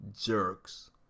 jerks